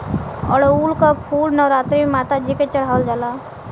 अढ़ऊल क फूल नवरात्री में माता जी के चढ़ावल जाला